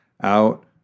out